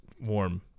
warm